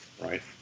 right